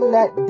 Let